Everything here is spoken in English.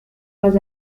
was